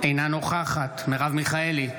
אינה נוכחת מרב מיכאלי,